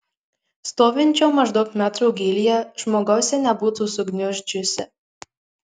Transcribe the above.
stovinčio maždaug metro gylyje žmogaus ji nebūtų sugniuždžiusi